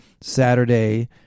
Saturday